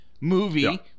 movie